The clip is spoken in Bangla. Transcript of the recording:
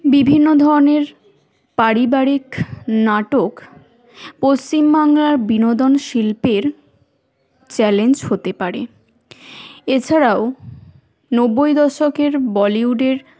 বিভিন্ন ধরনের পারিবারিক নাটক পশ্চিমবাংলার বিনোদন শিল্পের চ্যালেঞ্জ হতে পারে এছাড়াও নব্বই দশকের বলিউডের